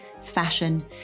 fashion